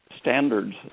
standards